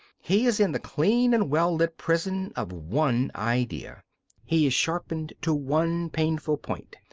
he is in the clean and well-lit prison of one idea he is sharpened to one painful point.